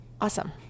awesome